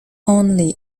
only